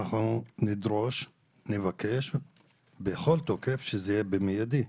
אני מבקש בכל תוקף שזה יהיה מידי,